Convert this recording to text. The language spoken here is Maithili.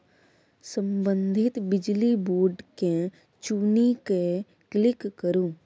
संबंधित बिजली बोर्ड केँ चुनि कए क्लिक करु